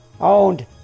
owned